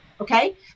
okay